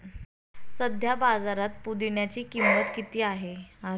सध्या बाजारात पुदिन्याची किंमत किती आहे?